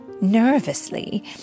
nervously